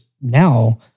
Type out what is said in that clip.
now